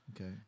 okay